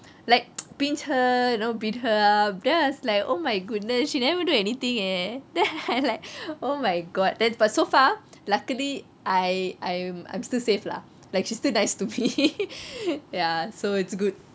like pinch her you know beat her up then I was like oh my goodness she never even do anything eh then I like oh my god then but so far luckily I I'm still save lah like she still nice to me ya so it's good